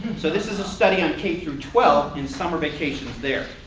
so this is a study on k through twelve and summer vacations there.